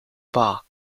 bark